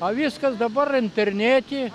o viskas dabar internete